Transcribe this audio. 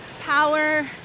power